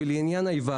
לעניין ההיוועצות,